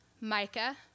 Micah